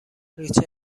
ریچل